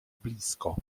blisko